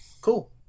cool